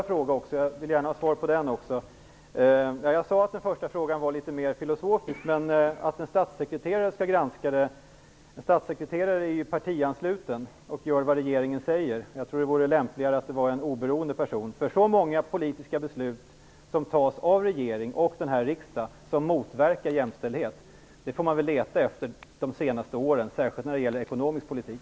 Fru talman! Jag vill gärna har svar på min andra fråga också. Den första frågan var ju litet filosofisk. En statsekreterare är ju partiansluten och gör vad regeringen säger. Jag tror att det vore lämpligare med en oberoende person. Man får leta länge för att hitta så många politiska beslut som motverkar jämställdhet som de som fattats av regeringen och av den här riksdagen, särskilt när det gäller ekonomisk politik.